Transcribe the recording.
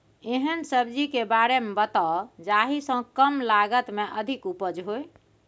एहन सब्जी के बारे मे बताऊ जाहि सॅ कम लागत मे अधिक उपज होय?